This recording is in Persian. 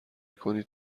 کنید